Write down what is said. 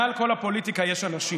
מעל כל הפוליטיקה יש אנשים,